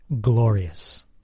glorious